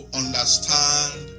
understand